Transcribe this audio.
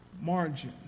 margin